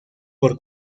por